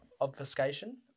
obfuscation